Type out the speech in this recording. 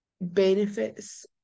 benefits